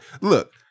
look